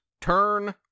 turn